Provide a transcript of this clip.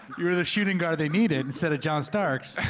you were the shooting guard they needed instead of john starks.